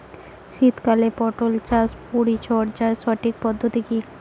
শীতকালে পটল গাছ পরিচর্যার সঠিক পদ্ধতি কী?